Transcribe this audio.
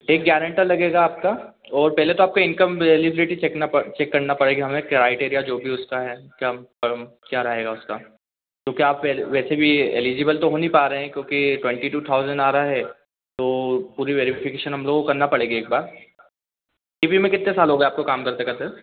एक गैरेंटर लगेगा आपका और पहले तो आपका इनकम एलिजबिलिटी चेक करना पड़ेगा हमें क्राइटेरिया जो भी उसका है क्या क्या रहेगा उसका तो क्या आप वैसे भी एलिजिबल तो हो नहीं पा रहा है क्योंकि ट्वेन्टी टू थाउज़ेंड आ रहा है तो पूरी वेरिफिकेशन हम लोगों को करना पड़ेगा एक बार टी पी में कितने साल हो गए आपको काम करते करते